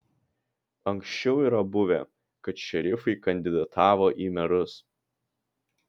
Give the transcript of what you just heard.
anksčiau yra buvę kad šerifai kandidatavo į merus